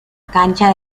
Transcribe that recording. cancha